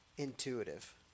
Intuitive